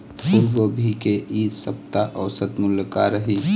फूलगोभी के इ सप्ता औसत मूल्य का रही?